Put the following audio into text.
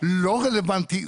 לא רלוונטי,